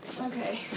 Okay